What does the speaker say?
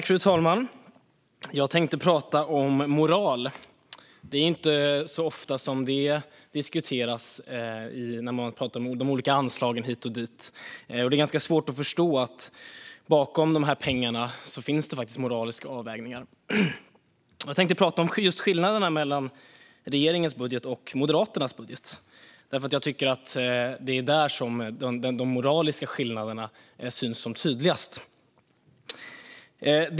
Fru talman! Jag tänkte tala om moral. Det är inte så ofta som moral diskuteras när man pratar om de olika anslagen hit och dit. Det är svårt att förstå att bakom pengarna finns faktiskt moraliska avvägningar. Jag tänkte tala om just skillnaderna mellan regeringens budget och Moderaternas budget, därför att jag tycker att det är där de moraliska skillnaderna syns som tydligast.